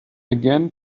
again